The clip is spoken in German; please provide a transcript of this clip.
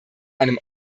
einem